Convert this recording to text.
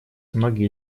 многие